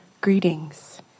Greetings